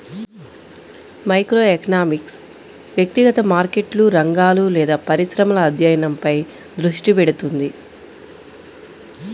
microeconomics వ్యక్తిగత మార్కెట్లు, రంగాలు లేదా పరిశ్రమల అధ్యయనంపై దృష్టి పెడుతుంది